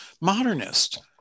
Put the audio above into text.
modernist